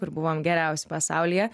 kur buvom geriausi pasaulyje